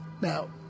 Now